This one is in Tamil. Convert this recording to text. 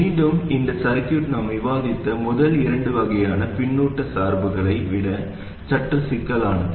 மீண்டும் இந்த சர்கியூட் நாம் விவாதித்த முதல் இரண்டு வகையான பின்னூட்ட சார்புகளை விட சற்று சிக்கலானது